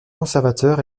conservateur